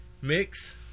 mix